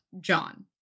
John